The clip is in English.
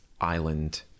island